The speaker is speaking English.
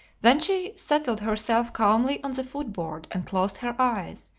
then she settled herself calmly on the foot-board and closed her eyes,